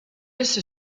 esse